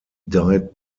died